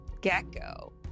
Gecko